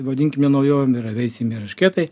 vadinkime naujovėm yra veisiniai eršketai